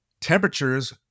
temperatures